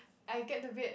I get to bed